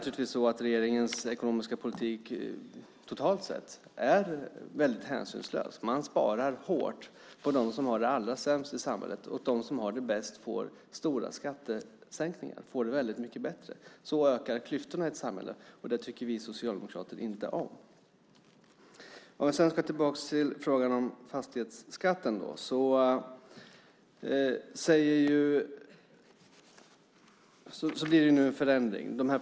Regeringens ekonomiska politik är naturligtvis totalt sett väldigt hänsynslös. Man sparar hårt på de allra sämst ställda i samhället medan de bäst ställda får stora skattesänkningar. De får det mycket bättre. På så sätt ökar klyftorna i samhället, och det tycker vi socialdemokrater inte om. Låt mig gå tillbaka till frågan om fastighetsskatten. Nu blir det en förändring.